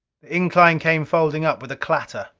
the incline came folding up with a clatter.